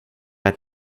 ett